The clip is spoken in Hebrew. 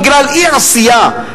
בגלל אי-עשייה,